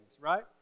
right